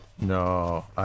No